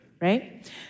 right